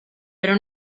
pero